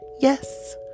Yes